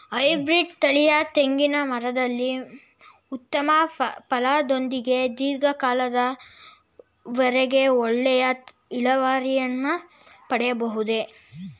Hybrid ತಳಿಯ ತೆಂಗಿನ ಮರದಲ್ಲಿ ಉತ್ತಮ ಫಲದೊಂದಿಗೆ ಧೀರ್ಘ ಕಾಲದ ವರೆಗೆ ಒಳ್ಳೆಯ ಇಳುವರಿಯನ್ನು ಪಡೆಯಬಹುದೇ?